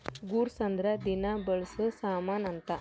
goods ಅಂದ್ರ ದಿನ ಬಳ್ಸೊ ಸಾಮನ್ ಅಂತ